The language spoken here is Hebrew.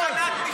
יש אכיפה.